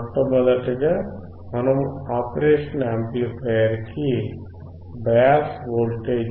మొట్టమొదటగా మనము operation amplifier కి బయాస్ వోల్టేజ్ ని అనువర్తింపచేయాలి